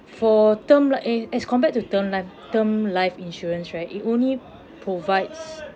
for term lah eh as compared to term life term life insurance right it only provides